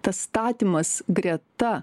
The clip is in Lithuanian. tas statymas greta